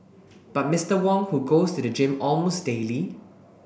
but Mister Wong who goes to the gym almost daily